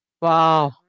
wow